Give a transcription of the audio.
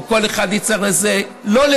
לא על זה מדובר.